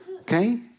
Okay